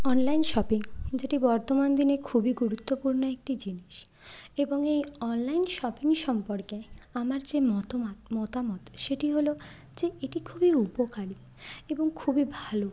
online shopping যেটি বর্তমান দিনে খুবই গুরুত্বপূর্ণ একটি জিনিস এবং এই অনলাইন শপিং সম্পর্কে আমার যে মতমাত মতামত সেটি হলো যে এটি খুবই উপকারি এবং খুবই ভালো